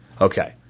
Okay